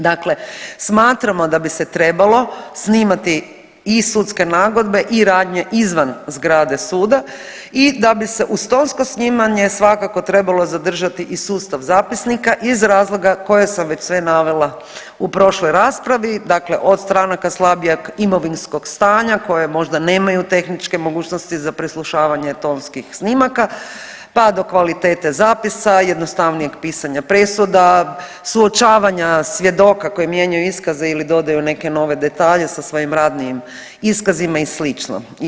Dakle, smatramo da bi se trebalo snimati i sudske nagodbe i radnje izvan zgrade suda i da bi se uz tonsko snimanje svakako trebalo zadržati i sustav zapisnika iz razloga koje sam već sve navela u prošloj raspravi, dakle od stranaka slabijeg imovinskog stanja koje možda nemaju tehničke mogućnosti za preslušavanje tonskih snimaka, pa do kvalitete zapisa, jednostavnijeg pisanja presuda, suočavanja svjedoka koji mijenjaju iskaze ili dodaju neke nove detalje sa svojim radnim iskazima i slično.